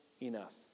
enough